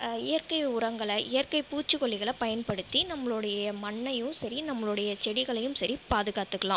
இயற்கை உரங்களை இயற்கை பூச்சிக்கொல்லிகளை பயன்படுத்தி நம்மளோடைய மண்ணையும் சரி நம்மளோடைய செடிகளையும் சரி பாதுகாத்துக்கலாம்